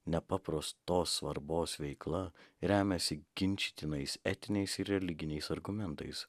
nepaprastos svarbos veikla remiasi ginčytinais etiniais ir religiniais argumentais